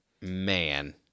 man